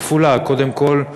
היא כפולה: קודם כול,